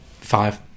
Five